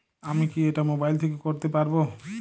আমি কি এটা মোবাইল থেকে করতে পারবো?